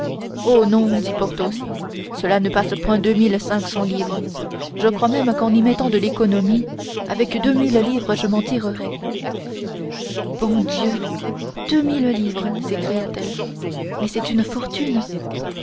oh non dit porthos cela ne passe point deux mille cinq cents livres je crois même qu'en y mettant de l'économie avec deux mille livres je m'en tirerai bon dieu deux mille livres s'écria-t-elle mais c'est une fortune